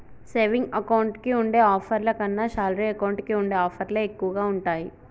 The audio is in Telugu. సేవింగ్ అకౌంట్ కి ఉండే ఆఫర్ల కన్నా శాలరీ అకౌంట్ కి ఉండే ఆఫర్లే ఎక్కువగా ఉంటాయి